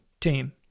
team